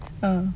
ah